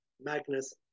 Magnus